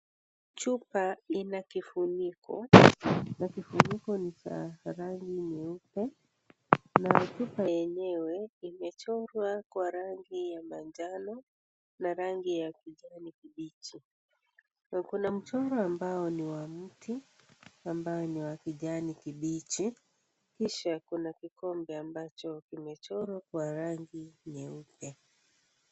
Chupa lina kifuniko, na kifuniko ni za rangi nyeupe na chupa yenyewe imechorwa kwa rangi ya manjano na rangi ya kijani kibichi. Kuna mchoro ambao ni wa mti ambao ni kijani kipiji kisha Kuna kikombe ambacho kimechorwa kwa rangi nyeupe.